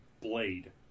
Blade